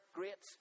great